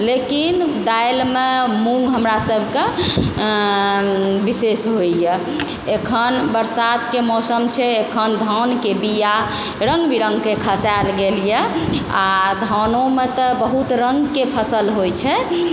लेकिन दालिमे मूँग हमरा सबके विशेष होइए एखन बरसातके मौसम छै एखन धानके बीया रङ्ग बिरङ्गके खसायल गेल यऽ आओर धानोमे तऽ बहुत रङ्गके फसल होइ छै